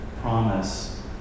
promise